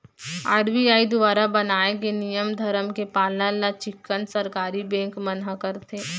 RBI दुवारा बनाए गे नियम धरम के पालन ल चिक्कन सरकारी बेंक मन ह करथे